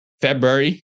February